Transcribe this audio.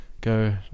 go